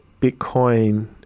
Bitcoin